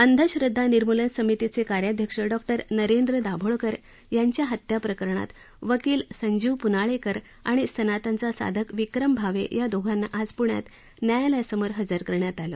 अंधश्रद्धा निर्मूलन समितीचे कार्याध्यक्ष डॉक्टर नरेंद्र दाभोलकर यांच्या हत्या प्रकरणात वकील संजीव प्नाळेकर आणि सनातनचा साधक विक्रम भावे या दोघांना आज पृण्यात न्यायालयासमोर हजर करण्यात आलं